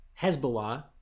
Hezbollah